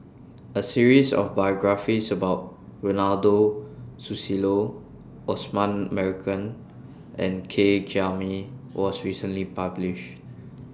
A series of biographies about Ronald Susilo Osman Merican and K Jayamani was recently published